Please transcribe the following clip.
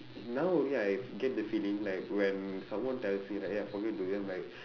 now only I fe~ get the feeling like when someone tells me like ya I forget today I'm like